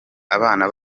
abana